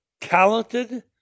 talented